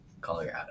Colorado